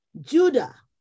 Judah